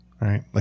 Right